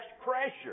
pressure